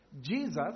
Jesus